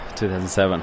2007